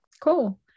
Cool